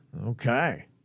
Okay